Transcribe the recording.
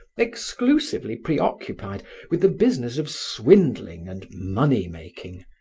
exclusively preoccupied with the business of swindling and money-making,